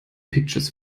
pictures